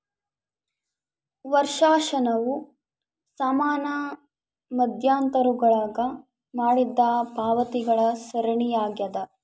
ವರ್ಷಾಶನವು ಸಮಾನ ಮಧ್ಯಂತರಗುಳಾಗ ಮಾಡಿದ ಪಾವತಿಗಳ ಸರಣಿಯಾಗ್ಯದ